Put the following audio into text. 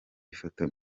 ifoto